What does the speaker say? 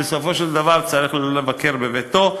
ובסופו של דבר צריך לבקר בביתו.